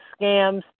scams